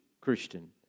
Christian